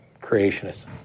creationists